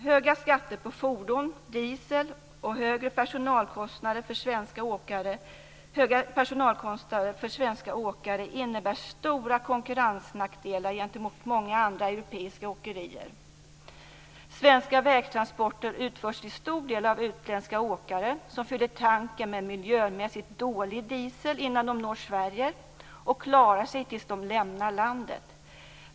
Höga skatter på fordon, diesel och höga personalkostnader för svenska åkare innebär stora konkurrensnackdelar gentemot många andra europeiska åkerier. Svenska vägtransporter utförs till stor del av utländska åkare som fyller tanken med miljömässigt dålig diesel innan de når Sverige och klarar sig tills de lämnar landet.